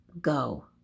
go